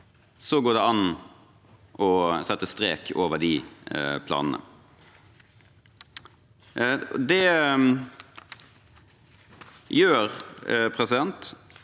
går det an å sette strek over de planene. Det gjør at